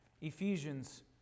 Ephesians